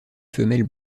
femelle